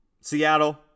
Seattle